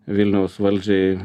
vilniaus valdžiai